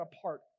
apart